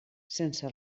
sense